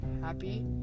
happy